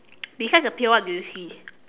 beside the pail what do you see